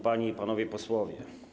Panie i Panowie Posłowie!